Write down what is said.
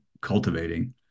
cultivating